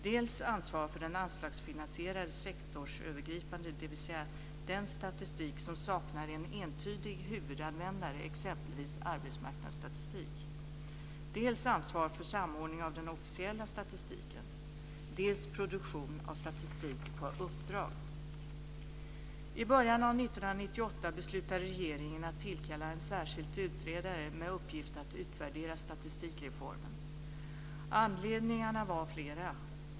· Det var dels ansvar för den anslagsfinansierade sektorsövergripande statistiken, dvs. den statistik som saknar en entydig huvudanvändare, t.ex. arbetsmarknadsstatistik, I början av 1998 beslutade regeringen att tillkalla en särskild utredare med uppgift att utvärdera statistikreformen. Anledningarna var flera.